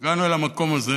הגענו אל המקום הזה,